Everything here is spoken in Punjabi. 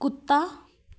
ਕੁੱਤਾ